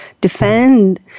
defend